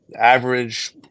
average